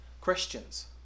Christians